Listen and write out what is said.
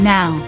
Now